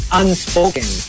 unspoken